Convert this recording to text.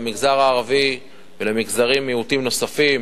למגזר הערבי ולמגזרי מיעוטים נוספים,